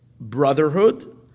brotherhood